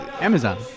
Amazon